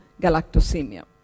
galactosemia